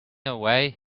away